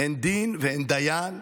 אין דין ואין דיין,